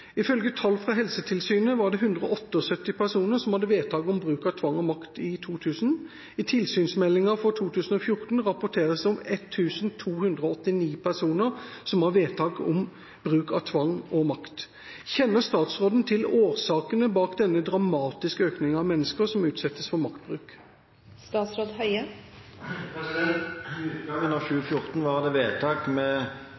Ifølge tall fra Helsetilsynet var det 178 personer som hadde vedtak om bruk av tvang og makt i 2000. I tilsynsmeldinga for 2014 rapporteres det om 1 289 personer som har vedtak om bruk av tvang og makt. Kjenner statsråden til årsakene bak denne dramatiske økninga av mennesker som utsettes for maktbruk?» Ved utgangen av 2014 var det vedtak med